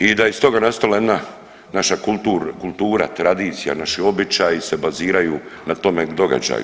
I da je iz toga nastala jedna naša kultura, tradicija, naši običaji se baziraju na tome događaju.